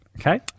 okay